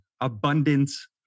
abundance